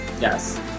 Yes